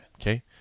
Okay